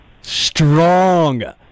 strong